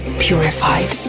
purified